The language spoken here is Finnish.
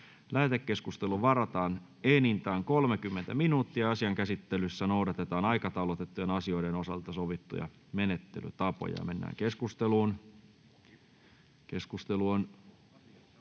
Lähetekeskusteluun varataan enintään 30 minuuttia ja asian käsittelyssä noudatetaan aikataulutettujen asioiden osalta sovittuja menettelytapoja. — Edustaja